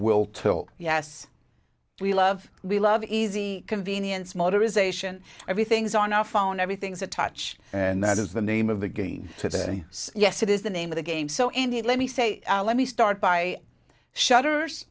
will tilt yes we love we love easy convenience modernization everything's on our phone everything's a touch and that is the name of the game today so yes it is the name of the game so indeed let me say let me start by shutters